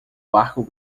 barco